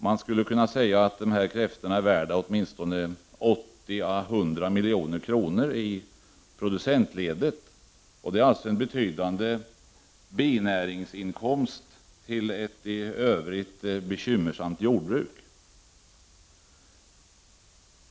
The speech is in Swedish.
Man skulle kunna säga att dessa kräftor är värda åtminstone 80-100 milj.kr. i producentledet. Det är alltså en betydande binäringsinkomst till ett i övrigt bekymmersamt jordbruk.